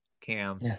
Cam